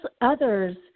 others